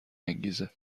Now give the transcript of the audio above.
انگیزه